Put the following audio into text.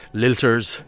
...lilters